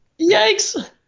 Yikes